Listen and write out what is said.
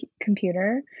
computer